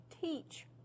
teach